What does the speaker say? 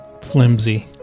Flimsy